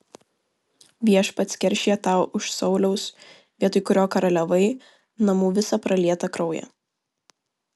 viešpats keršija tau už sauliaus vietoj kurio karaliavai namų visą pralietą kraują